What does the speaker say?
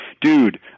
Dude